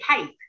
cape